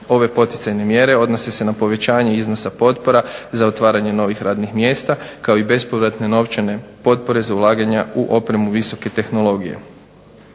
Ove poticajne mjere odnose se na povećanje iznosa potpora za otvaranje novih radnih mjesta kao i za bespovratne novčane potpore za ulaganja u opremu visoke tehnologije.